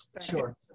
sure